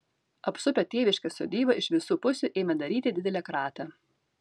apsupę tėviškės sodybą iš visų pusių ėmė daryti didelę kratą